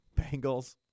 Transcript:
Bengals